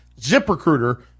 ZipRecruiter